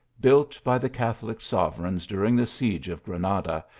built by the catholic sovereigns during the siege of granada,